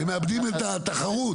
הם מאבדים את התחרות.